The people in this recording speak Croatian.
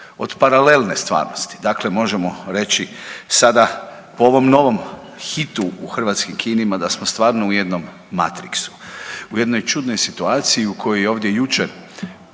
od paralelne stvarnosti, dakle možemo reći sada po ovom novom hitu u hrvatskim kinima da smo stvarno u jednom Matrixu u jednoj čudnoj situaciji u kojoj je ovdje jučer